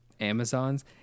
Amazons